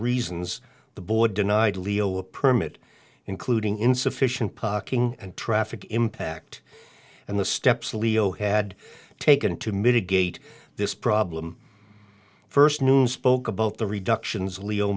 reasons the board denied leo a permit including insufficient packing and traffic impact and the steps leo had taken to mitigate this problem first spoke about the reductions leo